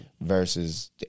Versus